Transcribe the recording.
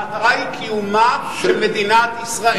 המטרה היא קיומה של מדינת ישראל.